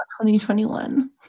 2021